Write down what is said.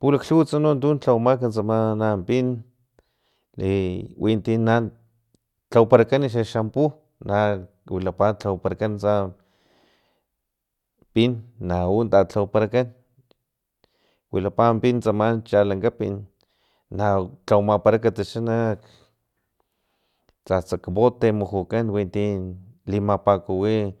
pulaklhuwats no tun lhawamak tsama na pin i wintina tlawaparakan xaxampu na wilapa lhawaparakan tsama pin nau talhawaparakan wilapa pin tsama chalankapin na tlawamaparak naxa tsatsa bote mujukan winti limapakuwi